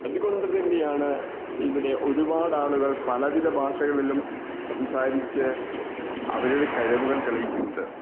അതുകൊണ്ട് തന്നെയാണ് ഇവിടെ ഒരുപാട് ആളുകൾ പലവിധ ഭാഷകളിലും സംസാരിച്ച് അവരുടെ കഴിവുകൾ തെളിയിക്കുന്നത്